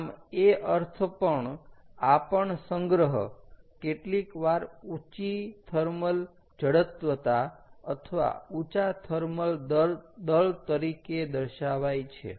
આમ એ અર્થ પણ આ પણ સંગ્રહ કેટલીક વાર ઉચી થર્મલ જડત્વતા અથવા ઉચા થર્મલ દળ તરીકે દર્શાવાય છે